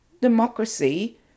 democracy